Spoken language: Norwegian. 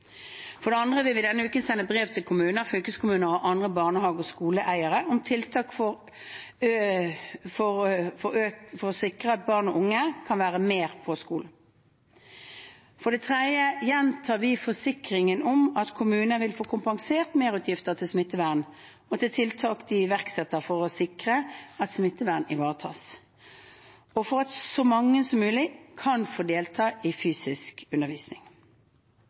For det andre vil vi denne uken sende brev til kommuner, fylkeskommuner og andre barnehage- og skoleeiere om tiltak for å sikre at barn og unge kan være mer på skolen. For det tredje gjentar vi forsikringen om at kommunene vil få kompensert for merutgifter til smittevern og til tiltak de iverksetter for å sikre at smittevernet ivaretas, og for at så mange som mulig kan delta i